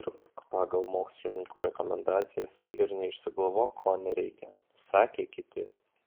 dirbk pagal mokslininkų rekomendacijas ir neišsigalvok ko nereikia sakė kiti